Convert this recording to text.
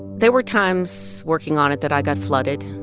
there were times working on it that i got flooded.